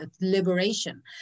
liberation